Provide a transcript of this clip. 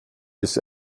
this